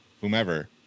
whomever